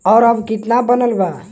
और अब कितना बनल बा?